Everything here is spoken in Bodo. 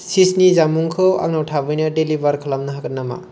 चीजनि जामुंखौ आंनाव थाबैनो डेलिबार खालामनो हागोन नामा